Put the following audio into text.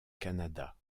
canada